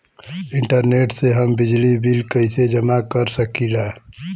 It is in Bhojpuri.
इंटरनेट से हम बिजली बिल कइसे जमा कर सकी ला?